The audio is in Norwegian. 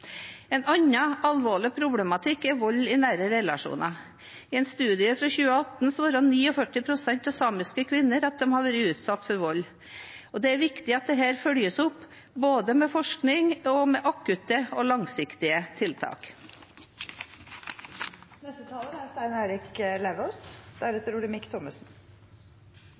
En annen alvorlig problematikk er vold i nære relasjoner. I en studie fra 2018 svarte 49 pst. av samiske kvinner at de har vært utsatt for vold. Det er viktig at dette følges opp, både med forskning og med akutte og langsiktige tiltak. Aller først: Jeg synes det er